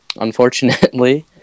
unfortunately